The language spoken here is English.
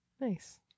Nice